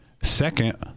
Second